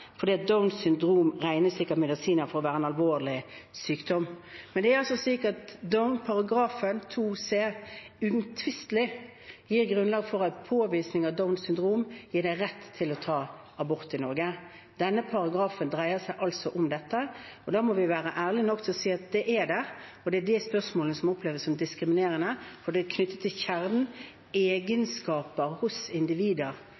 fordi Downs syndrom av medisinere ikke regnes for å være en alvorlig sykdom. Men det er altså slik at den paragrafen, § 2c, uomtvistelig gir grunnlag for at påvisning av Downs syndrom gir deg rett til å ta abort i Norge. Denne paragrafen dreier seg om dette, og da må vi være ærlige nok til å si at det er der, det er de spørsmålene som oppleves som diskriminerende, for de er knyttet til kjernen: egenskaper hos individer